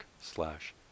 slash